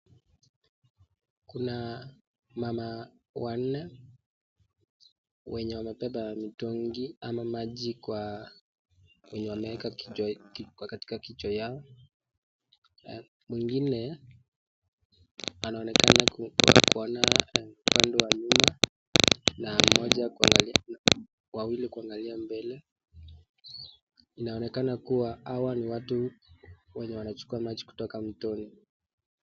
Kuna mama wanne wenye wamebeba mitungi ama maji kwa wenye wameweka kichwa ki kwa katika kichwa yao Mwengine anaonekana kuona upande wa nyuma na mmoja kuangalia wawili kuangalia mbele. Inaonekana kuwa hawa hi watu wenye wanachukua maji kutoka mtoni.